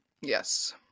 Yes